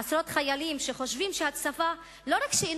עשרות חיילים שחושבים שהצבא לא רק שאינו